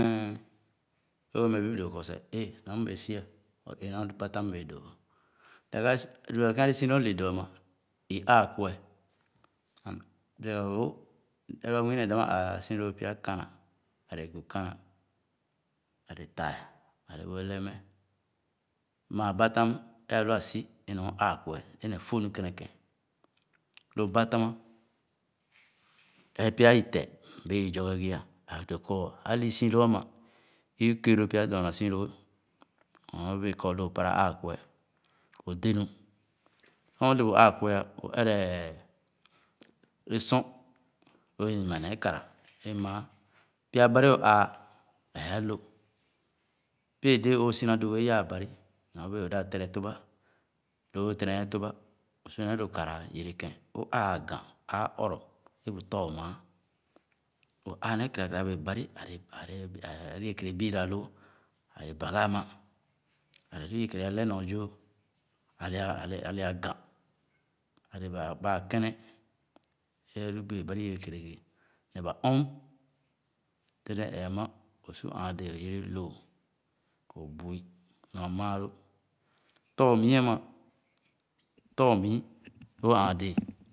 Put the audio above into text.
Mm, o’meh bib dōō kɔ, ē nɔ m’bēē si or ē nɔ alu ba tam m’bēē dóó’a. Ē gha, dōō kēn alii si lōō le dō, ama, i aa kueh, m’ loo’o! Ereba nwii nee damā aa si lóó pya khana, a’le Gokana, ale taa, ale bu eleme, maa batam e’alu asi né nɔ aa’kueh é neh fóh nu kɛnɛkɛ̄n. Lo batam ā, nɔ pya iteh bēē i tɔghe ghi’a ādōō kɔ ālii si lóó ama, i lu kèè lōō pya dɔɔna si lōō nɔ bēē kɔ lō o’paeà aa’kueh o’dé nu Sor o’bu āā’kueg ā, o’ere é sor é o’yema nee kàrà maa. pya bari o’aa, ee a’lo. Pie déé o’sina du wēē yaa bari nɔ bēē o’dah tɛrɛ tōbà, lō o’lɛ̄re nee tōbà o’su nee lō kàra yere kēn o’aa aghān, aa ɔrɔh é bu tórma, o’aa nee kera kera bèè bari, ale ale ɛɛ, lō iye keré biiraloo, ale bãgà ama, ale lō i kere alɛ-nyo-zoo. ale, ale aghān, ale ba, baa akɛne é ālu béé bari i wēē kerè ghi, ne ba ɔm, dɛnɛ ee’a ama, o’su aan déé o’yere lòò, o’bui nua maalō Tōrmiu ama, tormii lo’a āān déé